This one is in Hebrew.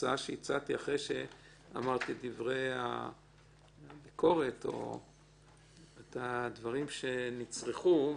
ההצעה שהצעתי אחרי שאמרתי את דברי הביקורת או את הדברים שנצרכו.